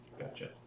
Gotcha